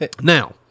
Now